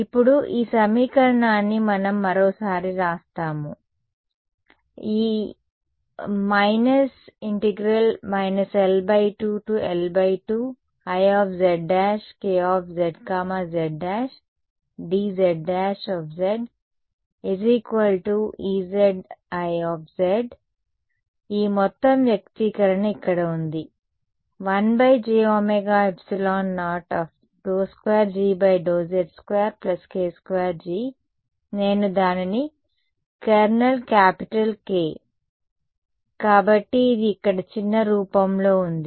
ఇప్పుడు ఈ సమీకరణాన్ని మనం మరోసారి వ్రాస్తాము ఈ − L2L2 I z' Kzz 'dz' Ezi ఈ మొత్తం వ్యక్తీకరణ ఇక్కడ ఉంది 1jωε02G z 2 k2G నేను దానిని కెర్నల్ క్యాపిటల్ K కాబట్టి ఇది ఇక్కడ చిన్న రూపంలో ఉంది